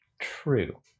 True